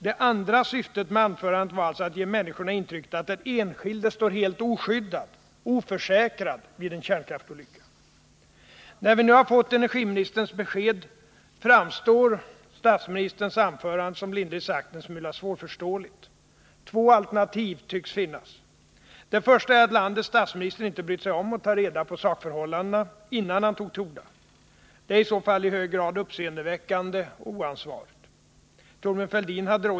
Det andra syftet med anförandet var att ge människorna intrycket att den enskilde står helt oskyddad, oförsäkrad, vid en kärnkraftsolycka. När vi nu har fått energiministerns besked framstår statsministerns anförande som lindrigt sagt en smula svårförståeligt. Två alternativ tycks finnas: Det första är att landets statsminister inte brytt sig om att ta reda på sakförhållandena innan han tog till orda. Det är i så fall i hög grad uppseendeväckande och oansvarigt.